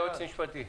היועץ המשפטי.